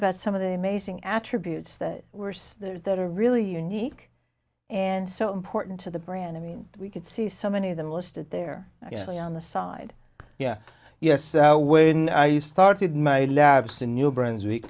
about some of the amazing attributes that worse that are really unique and so important to the brand i mean we could see so many of them listed there on the side yeah yes when i started my labs in new brunswick